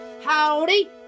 Howdy